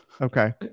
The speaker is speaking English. okay